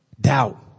doubt